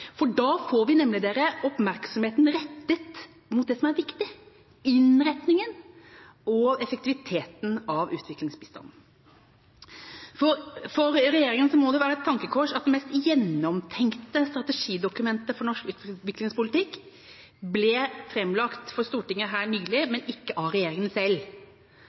forslaget. Da får vi nemlig rettet oppmerksomheten mot det som er viktig – innretningen og effektiviteten av utviklingsbistand. For regjeringa må det være et tankekors at det mest gjennomtenkte strategidokumentet for norsk utviklingspolitikk ble framlagt for Stortinget nylig, men ikke av regjeringa selv.